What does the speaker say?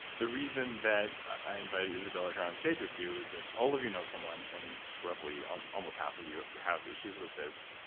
the reason that i invited isabella here onstage with you is that all of you know someone and roughly um almost half of you have issues with this.